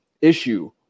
issue